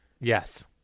Yes